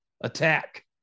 attack